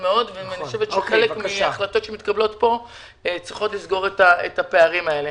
אני חושבת שחלק מההחלטות שמתקבלות כאן צריכות לסגור את הפערים האלה.